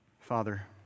Father